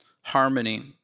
harmony